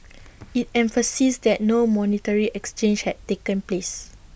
IT emphasised that no monetary exchange had taken place